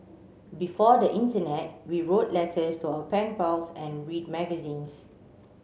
before the internet we wrote letters to our pen pals and read magazines